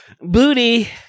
Booty